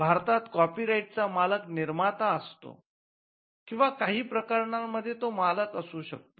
भारतात कॉपीराइटचा मालक निर्माता असतो किंवा काही प्रकरणांमध्ये तो मालक असू शकतो